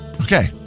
Okay